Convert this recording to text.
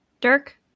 Dirk